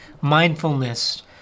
mindfulness